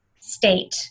state